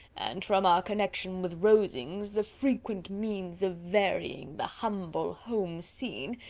and, from our connection with rosings, the frequent means of varying the humble home scene,